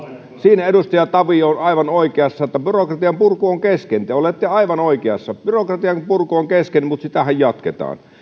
siinä edustaja tavio on aivan oikeassa että byrokratian purku on kesken te olette aivan oikeassa byrokratian purku on kesken mutta sitähän jatketaan